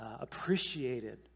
appreciated